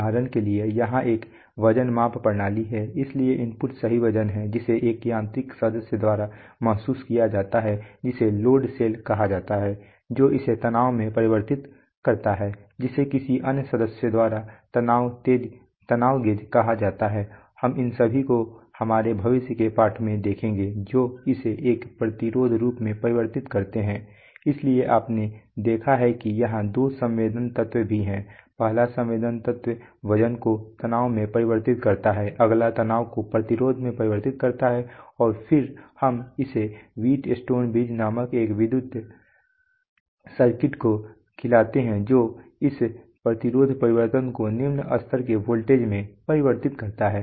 उदाहरण के लिए यहां एक वजन माप प्रणाली है इसलिए इनपुट सही वजन है जिसे एक यांत्रिक सदस्य द्वारा महसूस किया जाता है जिसे लोड सेल कहा जाता है जो इसे तनाव में परिवर्तित करता है जिसे किसी अन्य सदस्य द्वारा तनाव गेज कहा जाता है हम इन सभी को हमारे भविष्य के पाठों में देखेंगे जो इसे एक प्रतिरोध रूप में परिवर्तित करते हैं इसलिए आपने देखा है कि यहां दो संवेदन तत्व भी हैं पहला संवेदन तत्व वजन को तनाव में परिवर्तित करता है अगला तनाव को प्रतिरोध में परिवर्तित करता है और फिर हम इसे व्हीट स्टोन्स ब्रिज नामक एक विद्युत सर्किट को खिलाते हैं जो इस प्रतिरोध परिवर्तन को निम्न स्तर के वोल्टेज में परिवर्तित करता है